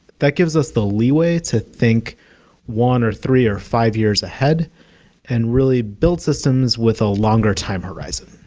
that gives us the leeway to think one or three or five years ahead and really build systems with a longer time horizon.